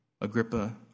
Agrippa